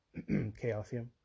Chaosium